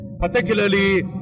particularly